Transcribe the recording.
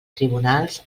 tribunals